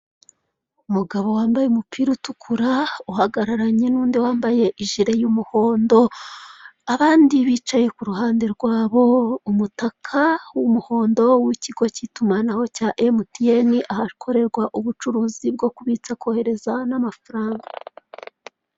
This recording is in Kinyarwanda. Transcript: Umugabo wambaye umupira utukura, uhagararanye n'undi wambaye ijire y'umuhondo. Abandi bicaye ku ruhande rwabo, umutaka w'umuhondo w'ikigo k'itumanaho cya emutiyeni, ahakorerwa ubucurizi bwo kubitsa, kohereza n'amafaranga.